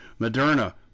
Moderna